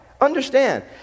understand